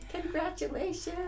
Congratulations